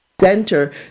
center